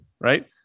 Right